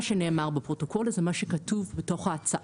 שנאמר בפרוטוקול אלא מה שכתוב בתוך ההצעה.